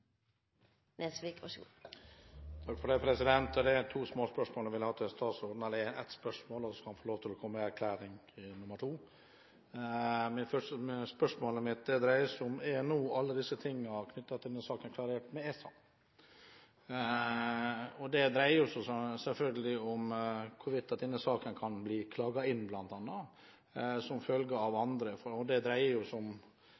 to små spørsmål jeg har til statsråden – eller ett spørsmål, og så kan han få lov til å komme med en erklæring til nummer to. Spørsmålet mitt er: Er alle tingene knyttet til denne saken nå klarert med ESA? Det dreier seg selvfølgelig bl.a. om hvorvidt denne saken kan bli klaget inn som følge av andre forhold, og det dreier seg om